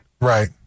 Right